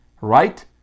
right